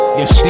yes